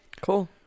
Cool